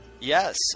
Yes